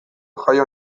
jaio